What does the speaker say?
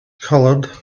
colored